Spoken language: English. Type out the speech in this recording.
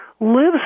lives